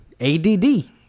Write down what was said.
Add